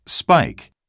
Spike